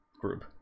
group